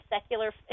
secular